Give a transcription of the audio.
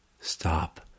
Stop